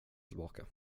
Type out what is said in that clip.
tillbaka